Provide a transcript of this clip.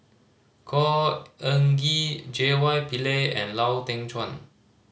Khor Ean Ghee J Y Pillay and Lau Teng Chuan